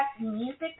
Music